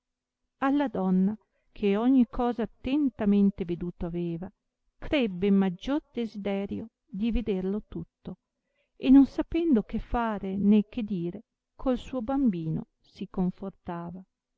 alla donna che ogni cosa attentamente veduto aveva crebbe maggior desiderio di vederlo tutto e non sapendo che fare né che dire col suo bambino si confortava